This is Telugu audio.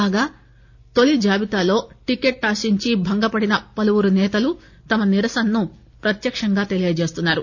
కాగా తోలి జాబితాలో టిక్కెట్ ఆశించి భంగపడ్డ పలువురు నేతలు తమ నిరసనను ప్రత్యక్షంగా తెలియజేస్తున్నారు